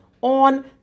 on